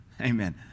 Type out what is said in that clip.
Amen